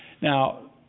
Now